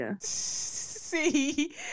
See